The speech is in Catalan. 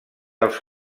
als